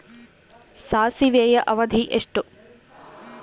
ಸಾಸಿವೆಯ ಅವಧಿ ಎಷ್ಟು?